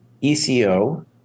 ECO